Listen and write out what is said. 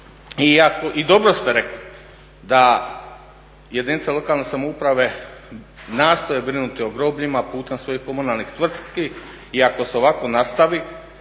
I dobro ste rekli da jedinice lokalne samouprave nastoje brinuti o grobljima putem svojih komunalnih tvrtki i ako se ovako nastavi